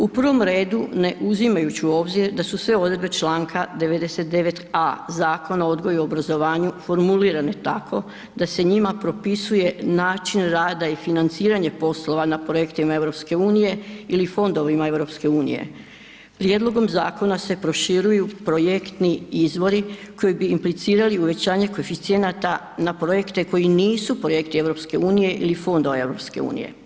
U prvom redu ne uzimajući u obzir da su sve odredbe Članka 99a. Zakona o odgoju i obrazovanju formulirane tako da se njima propisuje način rada i financiranje poslova na projektima EU ili fondovima EU, prijedlogom zakona se proširuju projektni izvori koji bi implicirali uvećanje koeficijenata na projekte koji nisu projekti EU ili fondova EU.